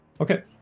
Okay